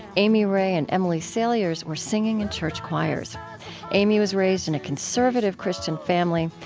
amy ray and emily saliers were singing in church choirs amy was raised in a conservative christian family.